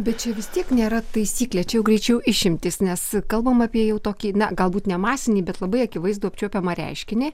bet čia vis tiek nėra taisyklė čia jau greičiau išimtis nes kalbam apie jau tokį na galbūt ne masinį bet labai akivaizdų apčiuopiamą reiškinį